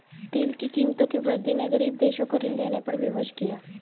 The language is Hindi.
तेल की कीमतों की वृद्धि ने गरीब देशों को ऋण लेने पर विवश किया